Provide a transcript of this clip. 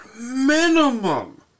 minimum